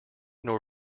nor